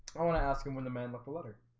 i want to ask him when the man left a letter